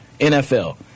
NFL